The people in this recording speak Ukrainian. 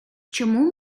чому